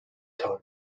time